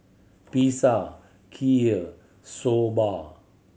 Pizza Kheer Soba